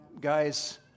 guys